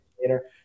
later